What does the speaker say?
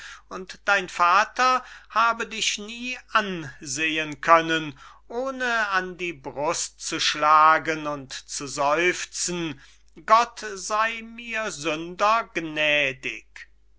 und dein vater habe dich nie ansehen können ohne an die brust zu schlagen und zu seufzen gott sey mir